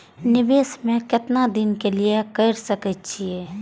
निवेश में केतना दिन के लिए कर सके छीय?